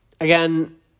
again